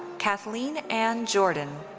kathleen anne jordan.